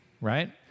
right